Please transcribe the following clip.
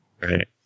Right